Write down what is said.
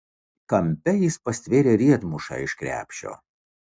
kampe jis pastvėrė riedmušą iš krepšio